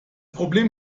problem